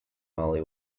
mali